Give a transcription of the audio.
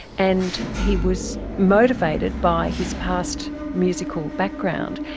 and he was motivated by his past musical background,